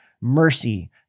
mercy